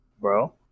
Bro